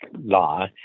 law